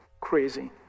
crazy